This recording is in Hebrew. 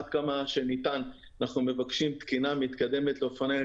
אנחנו עד כמה שניתן מבקשים תקינה מתקדמת לגבי אופניים.